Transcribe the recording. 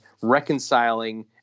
reconciling